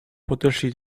podeszli